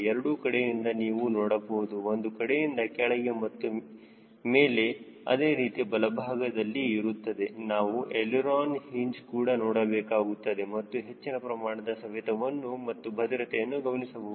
ಎರಡು ಕಡೆಯಿಂದ ನೀವು ನೋಡಬಹುದು ಒಂದು ಕಡೆಯಿಂದ ಕೆಳಗೆ ಮತ್ತು ಮೇಲೆ ಅದೇ ರೀತಿ ಬಲಭಾಗದಲ್ಲಿ ಇರುತ್ತದೆ ನಾವು ಎಳಿರೋನ ಹಿಂಜ್ ಕೂಡ ನೋಡಬೇಕಾಗುತ್ತದೆ ಮತ್ತು ಹೆಚ್ಚಿನ ಪ್ರಮಾಣದ ಸವೆತವನ್ನು ಮತ್ತು ಭದ್ರತೆಯನ್ನು ಗಮನಿಸಬಹುದು